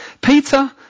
Peter